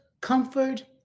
comfort